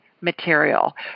material